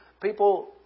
people